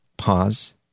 pause